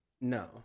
no